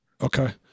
Okay